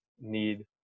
need